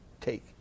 take